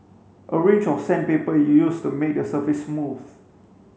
a range of sandpaper is used to make the surface smooth